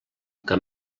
que